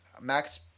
Max